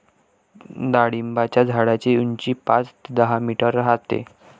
डाळिंबाच्या झाडाची उंची पाच ते दहा मीटर राहते